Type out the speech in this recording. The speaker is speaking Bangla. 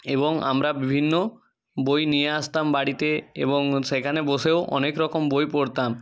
এবং আমরা বিভিন্ন বই নিয়ে আসতাম বাড়িতে এবং সেখানে বসেও অনেক রকম বই পড়তাম